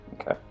Okay